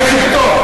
שיש פטור,